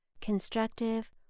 constructive